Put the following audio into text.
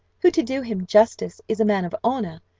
who, to do him justice, is a man of honour,